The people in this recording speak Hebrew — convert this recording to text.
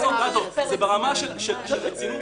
אחרי שלוש שנים אלה,